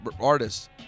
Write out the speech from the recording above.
artists